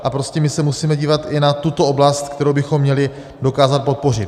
A prostě my se musíme dívat i na tuto oblast, kterou bychom měli dokázat podpořit.